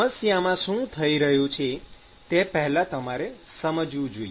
સમસ્યામાં શું થઈ રહ્યું છે તે પહેલા તમારે સમજવું જોઈએ